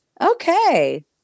okay